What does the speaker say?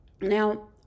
now